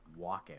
Walkout